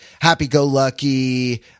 happy-go-lucky